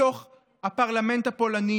בתוך הפרלמנט הפולני,